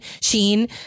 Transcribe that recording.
Sheen